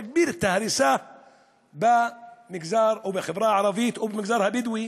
יגביר את ההריסה במגזר או בחברה הערבית או במגזר הבדואי.